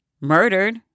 murdered